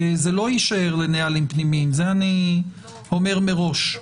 זה לא יישאר בנהלים פנימיים זה אני אומר מראש,